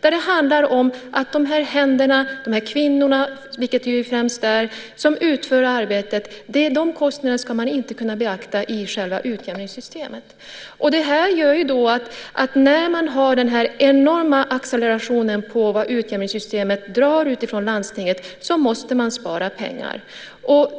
Där handlar det om att kostnaderna för de här händerna, de här kvinnorna, vilket det ju främst är som utför arbetet, ska man inte kunna beakta i själva utjämningssystemet. Den här enorma accelerationen av vad utjämningssystemet drar ut från landstinget innebär att man måste spara pengar.